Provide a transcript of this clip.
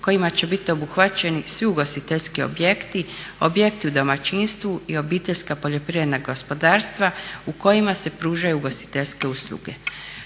kojima će biti obuhvaćeni svi ugostiteljski objekti, objekti u domaćinstvu i OPG-i u kojima se pružaju ugostiteljske usluge.